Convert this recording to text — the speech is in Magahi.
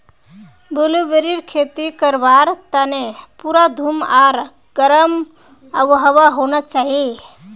ब्लूबेरीर खेती करवार तने पूरा धूप आर गर्म आबोहवा होना चाहिए